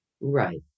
Right